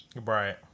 Right